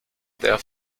der